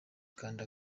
kanda